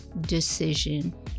decision